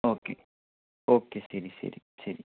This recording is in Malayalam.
ഓക്കേ ഓക്കേ ശരി ശരി ശരി